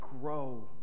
grow